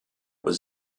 was